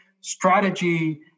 strategy